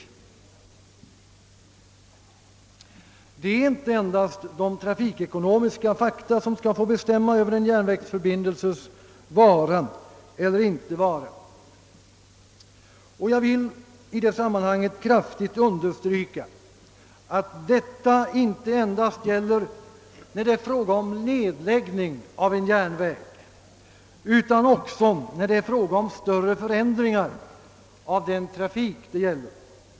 Det är inte endast trafikekonomiska fakta som skall bestämma över en järnvägsförbindelses vara eller inte vara. Jag vill i sammanhanget kraftigt understryka att detta inte endast gäller när det är fråga om nedläggning av en järnväg utan också när det är fråga om-större förändringar av trafiken.